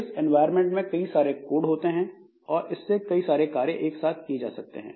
इस इन्वायरमेंट में कई सारे कोड होते हैं और इससे कई सारे कार्य एक साथ किए जा सकते हैं